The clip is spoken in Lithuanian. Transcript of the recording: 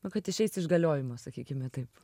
na kad išeis iš galiojimo sakykime taip